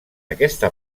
aquesta